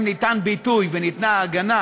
שניתן להם ביטוי וניתנה להם הגנה